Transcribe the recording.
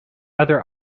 other